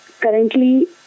currently